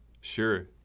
Sure